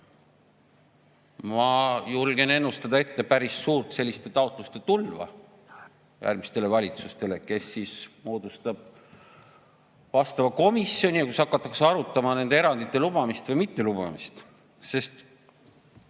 Ma julgen ennustada päris suurt selliste taotluste tulva järgmistele valitsustele, kes moodustavad komisjoni, kus hakatakse arutama nende erandite lubamist või mittelubamist. Sest